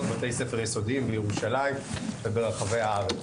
בתי ספר יסודיים בירושלים וברחבי הארץ.